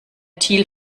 thiel